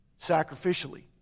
sacrificially